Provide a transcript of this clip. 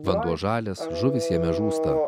vanduo žalias žuvys jame žūsta